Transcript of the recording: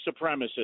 supremacist